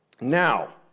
Now